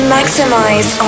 Maximize